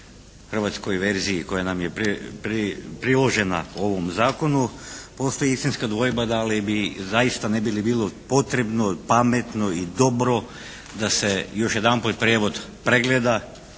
hrvatskoj verziji koja nam je priložena ovom zakonu postoji istinska dvojba da li bi zaista, ne bi li bilo potrebno, pametno i dobro da se još jedanput prijevod pregleda